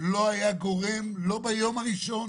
לא היה גורם - לא ביום הראשון,